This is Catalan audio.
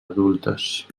adultes